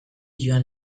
joan